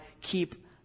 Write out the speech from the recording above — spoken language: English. keep